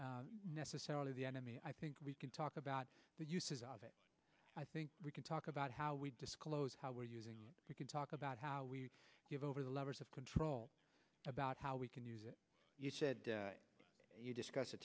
necessarily the enemy i think we can talk about the uses of it i think we can talk about how we disclose how we're using we can talk about how we give over the levers of control about how we can use it you said you discuss